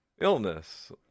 illness